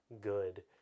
good